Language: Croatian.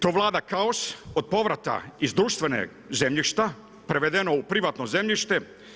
Tu vlada kaos od povrata iz društvenog zemljišta, prevedeno u privatno zemljište.